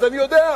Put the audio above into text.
אז אני יודע,